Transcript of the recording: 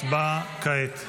הצבעה כעת.